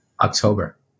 October